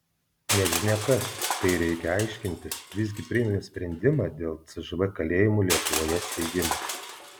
nežinia kas tai reikia aiškintis visgi priėmė sprendimą dėl cžv kalėjimų lietuvoje steigimo